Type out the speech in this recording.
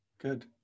Good